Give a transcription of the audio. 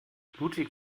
ludwig